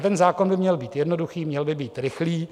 Ten zákon by měl být jednoduchý, měl by být rychlý.